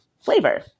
flavor